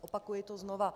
Opakuji to znova.